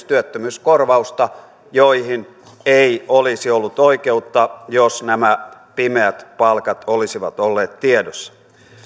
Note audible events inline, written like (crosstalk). (unintelligible) työttömyyskorvausta joihin ei olisi ollut oikeutta jos nämä pimeät palkat olisivat olleet tiedossa